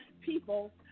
people